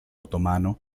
otomano